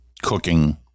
cooking